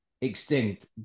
extinct